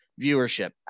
viewership